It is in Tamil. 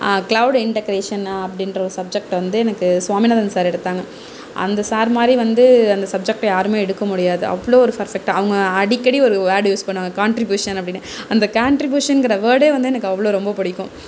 க்ளவுட் இண்டக்ரேஷன் அப்படின்ற ஒரு சப்ஜெக்ட்டை வந்து எனக்கு சுவாமிநாதன் சார் எடுத்தாங்க அந்த சார் மாதிரி வந்து அந்த சப்ஜெக்ட்டை யாரும் எடுக்க முடியாது அவ்வளோ ஒரு பெர்ஃபெக்டாக அவங்க அடிக்கடி ஒரு வேர்ட் யூஸ் பண்ணுவாங்க கான்ட்ரிபியூஷன் அப்படினு அந்த கான்ட்ரிபியூஷன்கிற வேர்டே வந்து எனக்கு அவ்வளோ ரொம்ப பிடிக்கும்